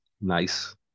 Nice